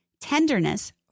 tenderness